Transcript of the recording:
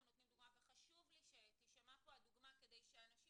וחשוב לי שתישמע פה הדוגמה כדי שאנשים